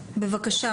בגרות.